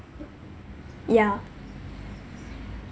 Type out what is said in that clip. yeah